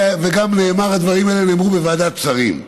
הדברים האלה נאמרו גם בוועדת שרים.